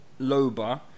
Loba